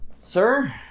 Sir